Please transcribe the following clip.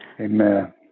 Amen